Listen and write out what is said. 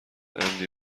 عمدی